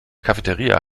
cafeteria